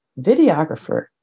videographer